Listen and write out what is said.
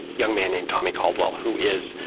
young man named tommy caldwell who is,